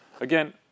again